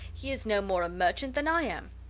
he is no more a merchant than i am!